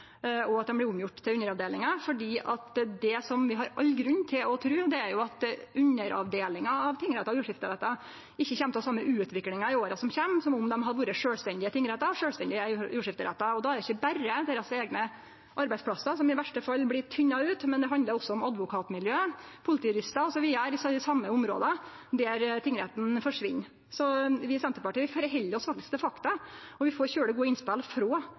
blir gjorde om til underavdelingar. For det vi har all grunn til å tru, er at underavdelingar av tingrettar og jordskifterettar ikkje kjem til å ha den same utviklinga i åra som kjem, som dersom dei hadde vore sjølvstendige tingrettar og sjølvstendige jordskifterettar. Då er det ikkje berre deira eigne arbeidsplassar som i verste fall blir tynna ut. Det handlar også om advokatmiljø, politijuristar osv. i dei områda der tingrettane forsvinn. Vi i Senterpartiet held oss faktisk til fakta, og vi får veldig gode innspel frå